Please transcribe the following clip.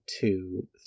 two